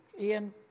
Ian